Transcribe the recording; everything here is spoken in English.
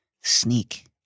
sneak